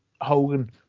Hogan